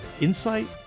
insight